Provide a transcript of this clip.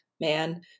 man